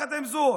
יחד עם זאת,